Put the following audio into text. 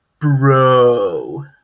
Bro